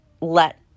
let